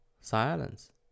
silence